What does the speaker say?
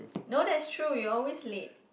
no that is true you always late